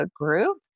group